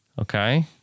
Okay